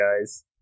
guys